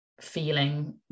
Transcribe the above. feeling